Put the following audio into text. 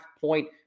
point